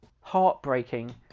heartbreaking